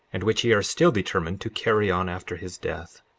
and which ye are still determined to carry on after his death.